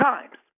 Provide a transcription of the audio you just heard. Times